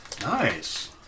Nice